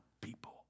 people